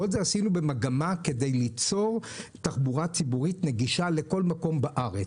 את כל זה עשינו במגמה ליצור תחבורה ציבורית נגישה לכל מקום בארץ.